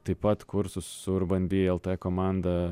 taip pat kursus su urban bee lt komanda